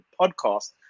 podcast